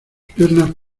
piernas